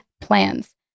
PLANS